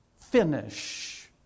finish